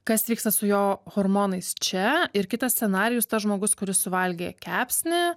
kas vyksta su jo hormonais čia ir kitas scenarijus tas žmogus kuris suvalgė kepsnį